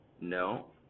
No